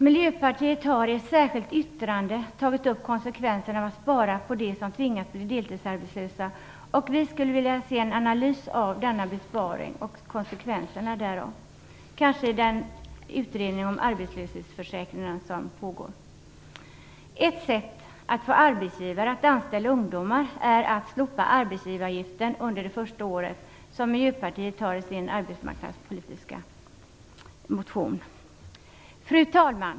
Miljöpartiet har i ett särskilt yttrande tagit upp konsekvenserna av att spara på dem som tvingats bli deltidsarbetslösa, och vi skulle vilja se en analys av denna besparing och konsekvenserna av den, kanske i den utredning om arbetslöshetsförsäkringen som pågår. Ett sätt att få arbetsgivare att anställa ungdomar är att slopa arbetsgivaravgiften under det första året. Det föreslår Miljöpartiet i sin arbetsmarknadspolitiska motion. Fru talman!